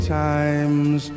times